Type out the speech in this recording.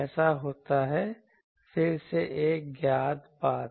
ऐसा होता है फिर से एक ज्ञात बात